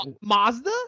Mazda